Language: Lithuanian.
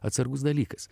atsargus dalykas